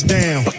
down